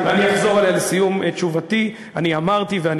ואני אחזור עליה לסיום תשובתי: אני אמרתי ואני